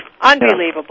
Unbelievable